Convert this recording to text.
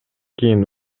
кийин